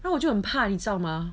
then 我就很怕你知道吗